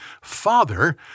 Father